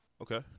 Okay